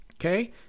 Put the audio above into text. Okay